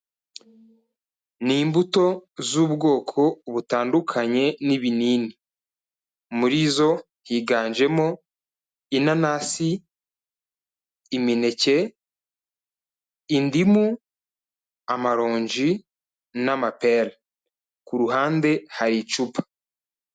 Ni imbuto z'ubwoko butandukanye n'ibinini, muri zo higanjemo inanasi, imineke, indimu, amaronji, n'amapera, ku ruhande hari icupa.